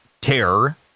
terror